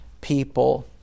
people